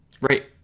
right